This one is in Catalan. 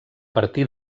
partir